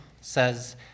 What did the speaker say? says